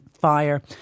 fire